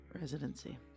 residency